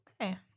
okay